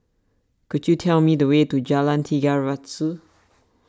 could you tell me the way to Jalan Tiga Ratus